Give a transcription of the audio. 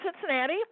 Cincinnati